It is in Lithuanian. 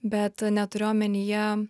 bet neturiu omenyje